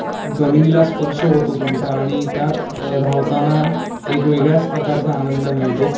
जमिनीला स्पर्श होतो तुमचा आणि त्यात धावताना एक वेगळ्याच प्रकारचा आनंद मिळतो